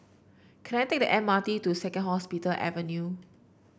can I take the M R T to Second Hospital Avenue